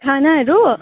खानाहरू